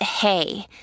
hey